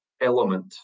element